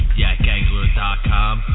yakangler.com